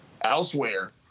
elsewhere